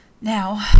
Now